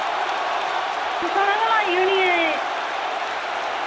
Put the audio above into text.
कुसे नै गै लाई होनी ऐ एह्